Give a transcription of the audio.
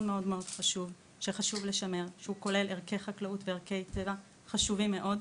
מאוד חשוב שחשוב לשמר שהוא כולל ערכי חקלאות וערכי טבע חשוב מאוד.